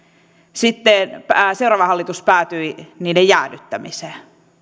sitten seuraava hallitus päätyi niiden jäädyttämiseen